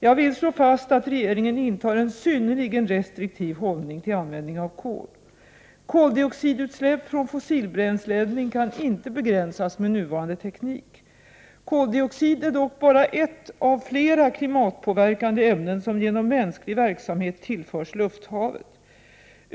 Jag vill slå fast att regeringen intar en synnerligen restriktiv hållning till användning av kol. Koldioxidutsläpp från fossilbränsleeldning kan inte begränsas med nuvarande teknik. Koldioxid är dock bara ett av flera klimatpåverkande ämnen som genom mänsklig verksamhet tillförs lufthavet.